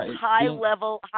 high-level